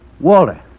Walter